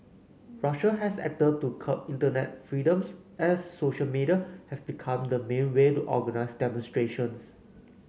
Russia has acted to curb internet freedoms as social media have become the main way to organnize demonstrations